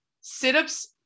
Sit-ups